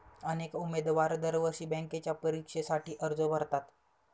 अनेक उमेदवार दरवर्षी बँकेच्या परीक्षेसाठी अर्ज भरतात